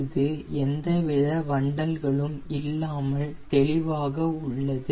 இது எந்த வித வண்டல்களும் இல்லாமல் தெளிவாக உள்ளது